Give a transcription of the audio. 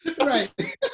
Right